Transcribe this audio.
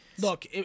Look